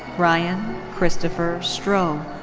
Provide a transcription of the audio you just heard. ryan christopher stroh.